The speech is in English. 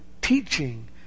teaching